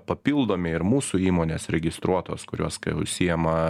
papildomi ir mūsų įmonės registruotos kurios užsiima